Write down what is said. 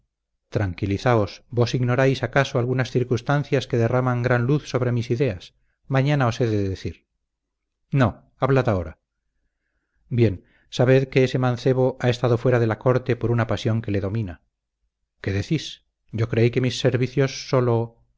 tranquilizaos vos ignoráis acaso algunas circunstancias que derraman gran luz sobre mis ideas mañana os he de decir no hablad ahora bien sabed que ese mancebo ha estado fuera de la corte por una pasión que le domina qué decís yo creí que mis servicios sólo